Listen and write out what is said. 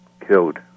killed